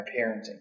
parenting